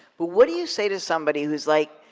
but what do you say to somebody who's like,